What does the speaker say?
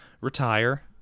retire